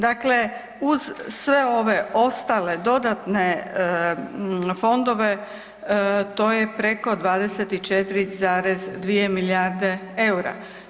Dakle, uz sve ove ostale dodatne fondove to je preko 24,2 milijarde eura.